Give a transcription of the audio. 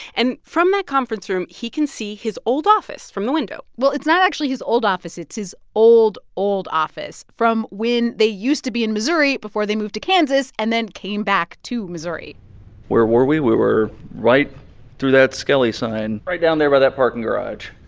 and from that conference room, he can see his old office from the window well, it's not actually his old office. it's his old, old office from when they used to be in missouri before they moved to kansas and then came back to missouri where were we? we were right through that skelly sign right down there about that parking garage.